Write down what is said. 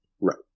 Right